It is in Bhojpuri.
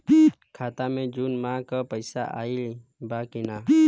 खाता मे जून माह क पैसा आईल बा की ना?